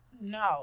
no